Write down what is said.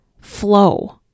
flow